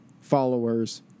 followers